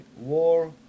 war